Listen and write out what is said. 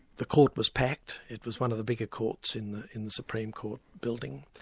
the court was packed, it was one of the bigger courts in the in the supreme court building.